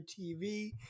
TV